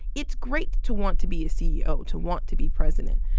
it's great to want to be a ceo, to want to be president.